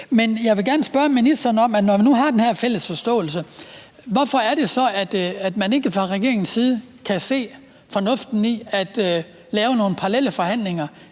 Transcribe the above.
som har været fremlagt. Men når vi nu har den her fælles forståelse, hvorfor kan man så ikke fra regeringens side se fornuften i at lave nogle parallelle forhandlinger